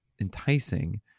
enticing